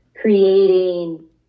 creating